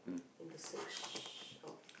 in the search of